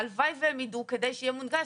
הלוואי שהם ידעו כדי שיהיה מונגש.